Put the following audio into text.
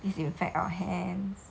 disinfect our hands